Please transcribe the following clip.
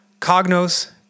Cognos